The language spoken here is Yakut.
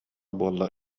буолла